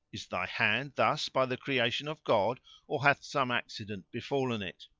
is thy hand thus by the creation of god or hath some accident befallen it?